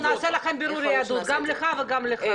ואנחנו נעשה לכם בירור יהדות, גם לך וגם לך.